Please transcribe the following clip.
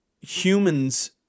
humans